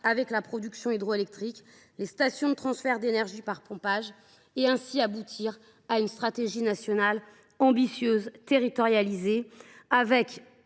avec la production hydroélectrique et les stations de transfert d’énergie par pompage (Step) et aboutir ainsi à une stratégie nationale ambitieuse, territorialisée, nous